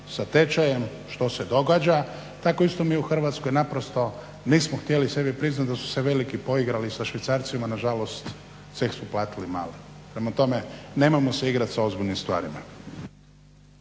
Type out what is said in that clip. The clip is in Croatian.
sa tečajem što se događa. Tako isto mi u Hrvatskoj naprosto nismo htjeli sebi priznati da su se veliki poigrali sa švicarcima, nažalost ceh su platiti mali. Prema tome, nemojmo se igrati sa ozbiljnim stvarima.